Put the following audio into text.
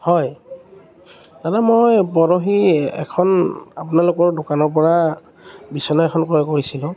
হয় দাদা মই পৰহি এখন আপোনালোকৰ দোকানৰপৰা বিছনা এখন ক্ৰয় কৰিছিলোঁ